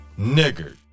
nigger